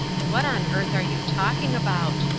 what on earth are you talking about?